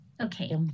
Okay